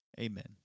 amen